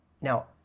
Now